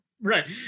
Right